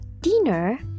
dinner